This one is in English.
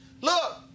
Look